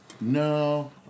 No